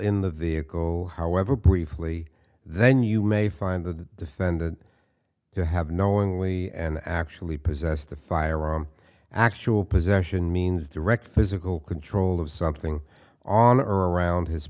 in the vehicle however briefly then you may find the defendant to have knowingly and actually possess the firearm actual possession means direct physical control of something on or around his